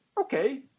okay